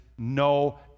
No